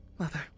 Mother